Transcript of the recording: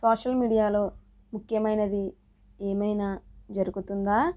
social మీడియాలో ముఖ్యమైనది ఏమైనా జరుగుతోందా